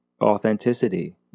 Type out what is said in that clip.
authenticity